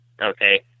Okay